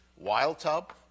wild-tub